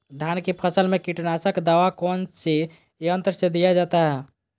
धान की फसल में कीटनाशक दवा कौन सी यंत्र से दिया जाता है?